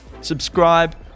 Subscribe